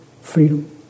freedom